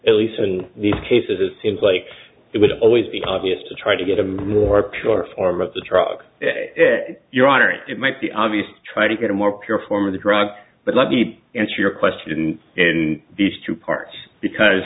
at least in these cases it seems like it would always be obvious to try to get a more pure form of the drug your honor it might be obvious to try to get a more pure form of the drug but let me answer your question in these two parts because